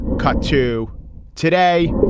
cut to today.